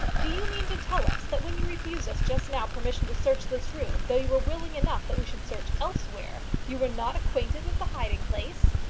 do you mean to tell us that when you refused us just now permission to search this room, though you were willing enough that we should search elsewhere, you were not acquainted with the hiding-place?